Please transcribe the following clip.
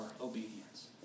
obedience